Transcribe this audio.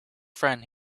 friend